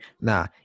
Nah